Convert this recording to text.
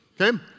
okay